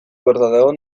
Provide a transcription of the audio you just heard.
verdadero